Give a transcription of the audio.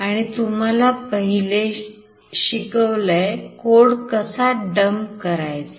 आणि तुम्हाला पहिले शिकवलय कोड कसा dump करायचा